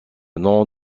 nom